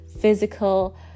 physical